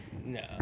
No